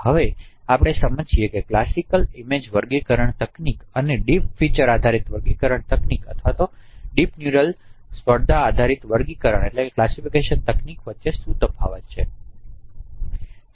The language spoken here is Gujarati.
હવે આપણે સમજીએ કે ક્લાસિકલ ઇમેજ વર્ગીકરણ તકનીક અને ડીપ ફીચર આધારિત વર્ગીકરણ તકનીક અથવા ડીપ ન્યુરલ સ્પર્ધા આધારિત વર્ગીકરણ તકનીક વચ્ચે શું તફાવત છે